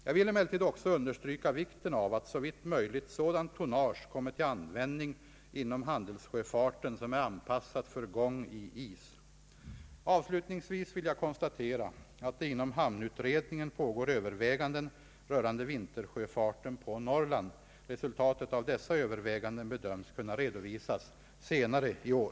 Jag vill emellertid också understryka vikten av att såvitt möjligt sådant tonnage kommer till användning inom handelssjöfarten som är anpassat för gång i is. Avslutningsvis vill jag konstatera att det inom hamnutredningen pågår överväganden rörande vintersjöfarten på Norrland. Resultatet av dessa överväganden bedöms kunna redovisas senare i år.